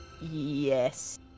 Yes